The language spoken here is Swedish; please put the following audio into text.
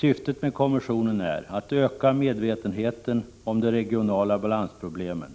Syftet med kommissionen är att öka medvetenheten om de regionala balansproblemen,